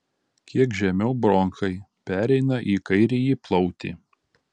kiek žemiau bronchai pereina į kairįjį plautį